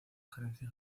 gerencia